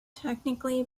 technically